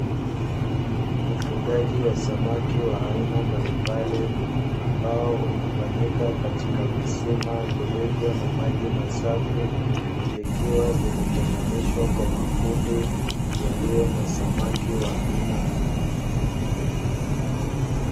Ufugaji wa samaki wa aina mbalimbali, ambao unafanyika katika visima vilivyo na maji masafi, vikiwa vimetenganishwa kwa makundi yaliyo na samaki wa aina moja.